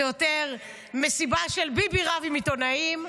זה יותר מסיבה של ביבי רב עם עיתונאים.